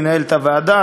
מנהלת הוועדה,